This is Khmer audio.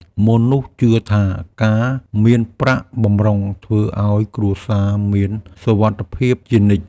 មនុស្សជឿថា ការមានប្រាក់បម្រុងធ្វើឱ្យគ្រួសារមានសុវត្ថិភាពជានិច្ច។